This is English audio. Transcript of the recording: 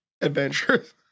Adventures